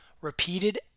repeated